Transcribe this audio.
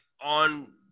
on